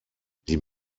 die